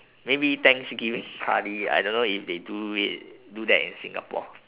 maybe thanksgiving party I don't know if they do it do that in singapore